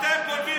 אתם גונבים קרקע.